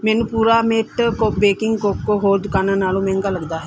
ਮੈਨੂੰ ਪੁਰਾਮੇਟ ਕੋ ਬੇਕਿੰਗ ਕੋਕੋ ਹੋਰ ਦੁਕਾਨਾਂ ਨਾਲੋਂ ਮਹਿੰਗਾ ਲੱਗਦਾ ਹੈ